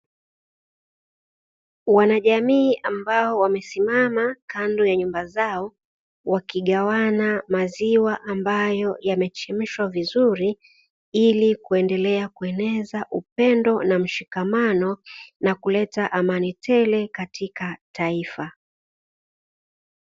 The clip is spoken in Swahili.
Wana jamii ambao wamesimama kando ya nyumba zao, wakigawana maziwa ambayo yamechemshwa vizuri ili kuendelea kueneza upendo na mshikamano na kuleta amani tele katika taifa.